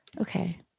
Okay